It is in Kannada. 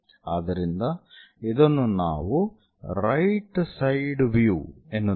ಆದ್ದರಿಂದ ಇದನ್ನು ನಾವು ರೈಟ್ ಸೈಡ್ ವ್ಯೂ ಎನ್ನುತ್ತೇವೆ